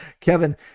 Kevin